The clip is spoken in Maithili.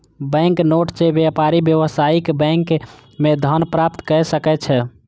बैंक नोट सॅ व्यापारी व्यावसायिक बैंक मे धन प्राप्त कय सकै छै